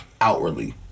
Outwardly